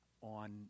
on